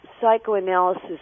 psychoanalysis